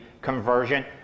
conversion